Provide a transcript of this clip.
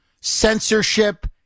censorship